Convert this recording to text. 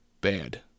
bad